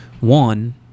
one